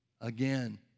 again